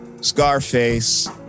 Scarface